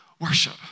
worship